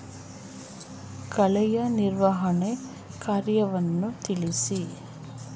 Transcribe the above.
ಕಳೆಯ ನಿರ್ವಹಣಾ ಕಾರ್ಯವನ್ನು ತಿಳಿಸಿ?